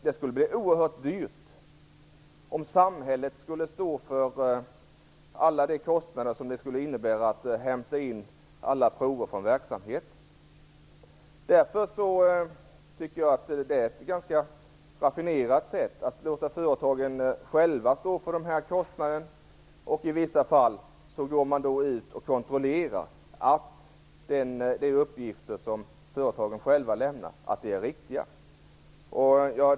Det skulle bli oerhört dyrt om samhället skulle stå för alla kostnader för att hämta in alla prover från verksamheten. Därför tycker jag att det är ett ganska raffinerat sätt att låta företagen själva stå för dessa kostnader. I vissa fall går man ut och kontrollerar att de uppgifter som företagen själva lämnar är riktiga.